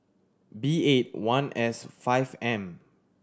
B eight one S five M